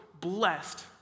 blessed